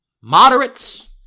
Moderates